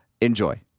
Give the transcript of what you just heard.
enjoy